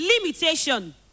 limitation